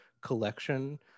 collection